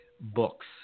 Books